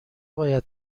باید